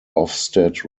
ofsted